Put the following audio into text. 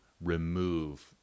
remove